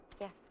Yes